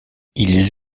ils